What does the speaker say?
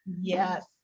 Yes